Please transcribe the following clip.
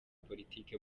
politiki